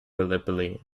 gallipoli